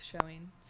showing